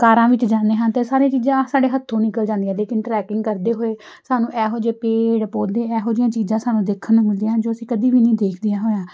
ਕਾਰਾਂ ਵਿੱਚ ਜਾਂਦੇ ਹਾਂ ਅਤੇ ਸਾਰੀਆਂ ਚੀਜ਼ਾਂ ਸਾਡੇ ਹੱਥੋਂ ਨਿਕਲ ਜਾਂਦੀਆਂ ਲੇਕਿਨ ਟਰੈਕਿੰਗ ਕਰਦੇ ਹੋਏ ਸਾਨੂੰ ਇਹੋ ਜਿਹੇ ਪੇੜ ਪੌਦੇ ਇਹੋ ਜਿਹੀਆਂ ਚੀਜ਼ਾਂ ਸਾਨੂੰ ਦੇਖਣ ਨੂੰ ਮਿਲਦੀਆਂ ਜੋ ਅਸੀਂ ਕਦੇ ਵੀ ਨਹੀਂ ਦੇਖ ਦੀਆਂ ਹੋਇਆਂ